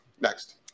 Next